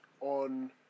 on